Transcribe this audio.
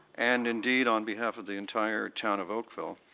and indeed on behalf of the entire town of oakville.